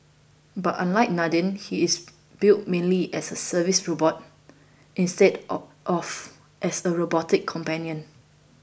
but unlike Nadine he is built mainly as a service robot instead of as a robotic companion